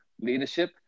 leadership